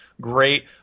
great